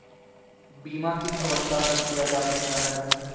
बीमा किस अवस्था तक किया जा सकता है?